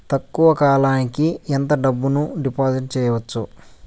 తక్కువ కాలానికి ఎంత డబ్బును డిపాజిట్లు చేయొచ్చు?